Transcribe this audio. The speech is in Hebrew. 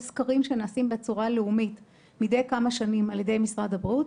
יש סקרים שנעשים בצורה לאומית מדי כמה שנים על ידי משרד הבריאות.